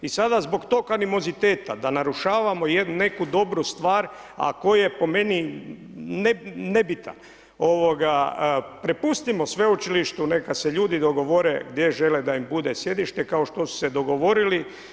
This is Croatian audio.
I sada zbog tog animoziteta da narušavamo neku dobru stvar, a koja je po meni nebitna, prepustimo sveučilištu neka se ljudi dogovore gdje žele da im bude sjedište, kao što su se dogovorili.